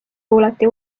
kuulati